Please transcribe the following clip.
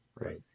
right